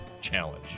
challenge